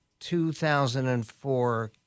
2004